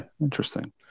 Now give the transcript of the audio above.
Interesting